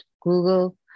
Google